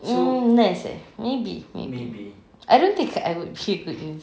mm nurse eh maybe maybe I don't think I would good news